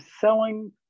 selling